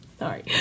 sorry